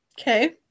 Okay